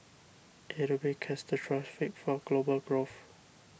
it would be catastrophic for global growth